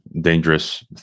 dangerous